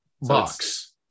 Box